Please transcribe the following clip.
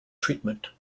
treatment